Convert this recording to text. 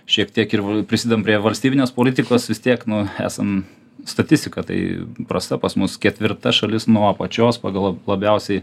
šiek tiek ir prisidedam prie valstybinės politikos vis tiek nu esam statistika tai prasta pas mus ketvirta šalis nuo apačios pagal la labiausiai